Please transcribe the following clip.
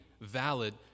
valid